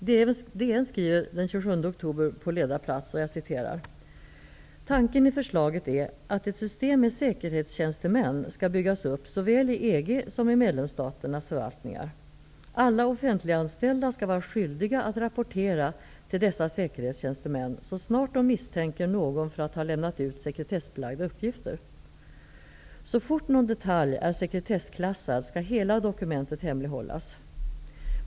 DN skriver den 27 ''Tanken i förslaget är att ett system med säkerhetstjänstemän ska byggas upp såväl i EG som i medlemsstaternas förvaltningar. Alla offentliganställda ska vara skyldiga att rapportera till dessa säkerhetstjänstemän så snart de misstänker någon för att ha lämnat ut sekretessbelagda uppgifter. --- så fort någon detalj är sekretessklassad ska hela dokumentet hemlighållas.